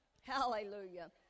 Hallelujah